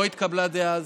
לא התקבלה אז.